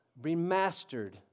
Remastered